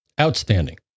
Outstanding